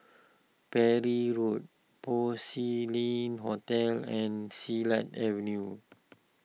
Parry Road Porcelain Hotel and Silat Avenue